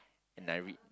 and I read